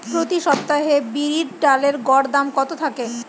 প্রতি সপ্তাহে বিরির ডালের গড় দাম কত থাকে?